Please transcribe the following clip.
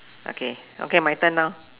okay okay my turn now